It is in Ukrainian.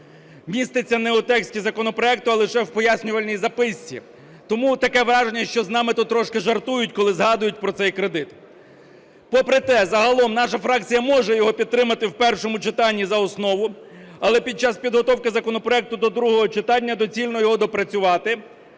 міститься не у тексті законопроекту, а лише в пояснювальній записці. Тому таке враження, що з нами тут трошки жартують, коли згадують про цей кредит. Попри те, загалом наша фракція може його підтримати в першому читанні і за основу. Але під час підготовки законопроекту до другого читання доцільно його доопрацювати